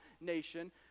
nation